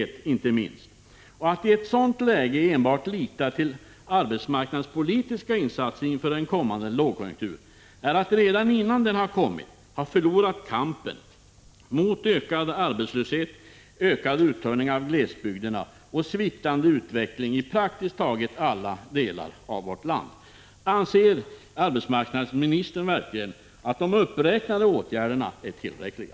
1985/86:155 het. Att i ett sådant läge enbart lita till arbetsmarknadspolitiska insatser inför 29 maj 1986 en kommande lågkonjunktur är att redan innan den har kommit ha förlorat kampen mot ökad arbetslöshet, ökad uttunning av glesbygderna och OM Maker ; ära å barns bortförande sviktande utveckling i praktiskt taget alla delar av vårt land. z till utlandet Anser arbetsmarknadsministern verkligen att de uppräknade åtgärderna är tillräckliga?